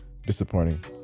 disappointing